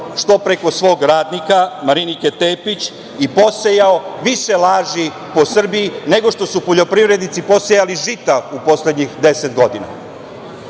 što preko svog radnika Marinike Tepić, i posejao više laži po Srbiji, nego što su poljoprivrednici posejali žita u poslednjih 10 godina.